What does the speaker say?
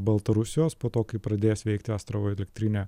baltarusijos po to kai pradės veikti astravo elektrinė